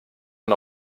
man